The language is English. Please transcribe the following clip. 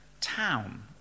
town